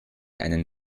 einen